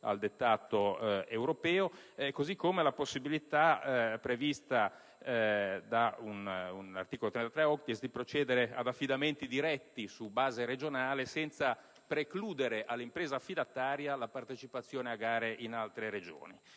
al dettato europeo, così come la possibilità prevista dall'articolo 33-*octies* di procedere ad affidamenti diretti su base regionale, senza precludere all'impresa affidataria la partecipazione a gare in altre Regioni.